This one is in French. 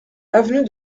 avenue